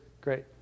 great